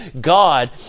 God